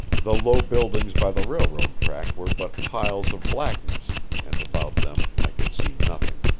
the low buildings by the railroad track were but piles of blackness, and about them i could see nothing.